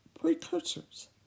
precursors